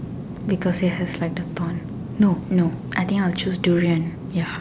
because they have like the torn no no I think I will choose durian ya